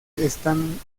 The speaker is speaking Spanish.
están